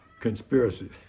Conspiracy